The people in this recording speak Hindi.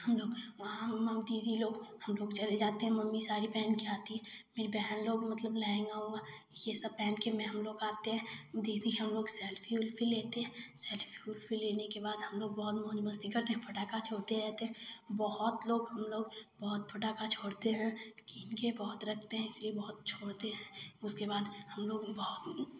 हम लोग वहाँ दीदी लोग हम लोग चले जाते हैं मम्मी साड़ी पहन के आती फिर बहन लोग मतलब लंहगा उंहगा यह सब पहन के हम लोग आते हैं दीदी हम लोग सेल्फी उल्फी लेते सेल्फी उल्फी लेने के बाद हम लोग बहुत मौज मस्ती करते हैं पटाखा छोड़ते रहते हैं बहुत लोग हम लोग बहुत पटाखा छोड़ते हैं कीन के बहुत रखते हैं इसलिए बहुत छोड़ते हैं उसके बाद हम लोग बहुत